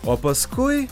o paskui